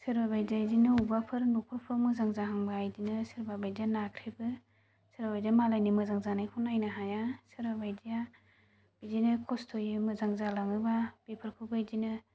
सोरबाबायदिया बिदिनो बबेबाफोर न'खरफोराव मोजां जाहांबा बिदिनो सोरबा बायदिया नाख्रेबो सोरबा बायदिया मालायनि मोजां जानायखौ नायनो हाया सोरबा बायदिया बिदिनो खस्त'यै मोजां जालाङोबा बेफोरखौ बिदिनो